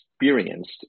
experienced